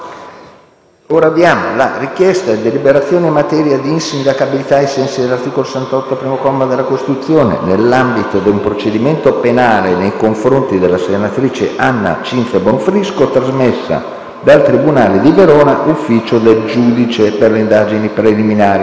relazione sulla richiesta di deliberazione in materia di insindacabilità, ai sensi dell'articolo 68, primo comma, della Costituzione, nell'ambito di un procedimento penale nei confronti della senatrice Anna Cinzia Bonfrisco, pendente dinanzi al Tribunale di Verona - Sezione del Giudice per le indagini preliminari